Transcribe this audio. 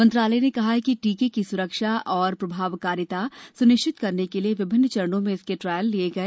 मंत्रालय ने कहा कि टीके की स्रक्षा और प्रभावकारिता स्निश्चित करने के लिए विभिन्न चरणो में इसके ट्रायल किये गए